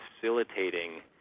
facilitating